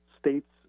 states